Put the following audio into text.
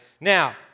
Now